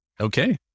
Okay